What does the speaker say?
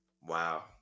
wow